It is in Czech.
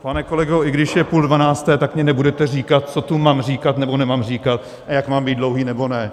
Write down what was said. Pane kolego, i když je půl dvanácté, tak mně nebudete říkat, co tu mám říkat, nebo nemám říkat a jak mám být dlouhý nebo ne.